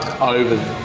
over